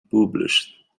published